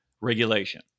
regulation